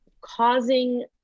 causing